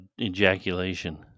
ejaculation